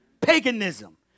paganism